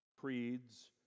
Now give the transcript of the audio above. creeds